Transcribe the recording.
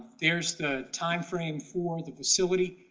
there's the time frame for the facility.